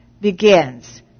Begins